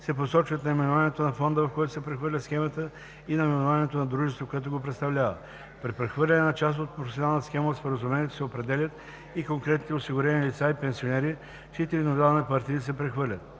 се посочват наименованието на фонда, в който се прехвърля схемата, и наименованието на дружеството, което го представлява. При прехвърляне на част от професионална схема в споразумението се определят и конкретните осигурени лица и пенсионери, чиито индивидуални партиди се прехвърлят.